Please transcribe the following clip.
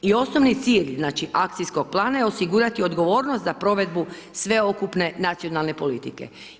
I osnovi cilj znači akcijskog plana je osigurati odgovornost za provedbu sveukupne nacionalne politike.